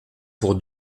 pour